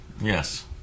Yes